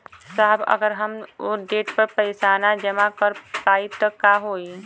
साहब अगर हम ओ देट पर पैसाना जमा कर पाइब त का होइ?